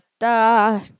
da